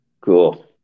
Cool